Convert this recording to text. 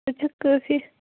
سۄ چھِ کٲفی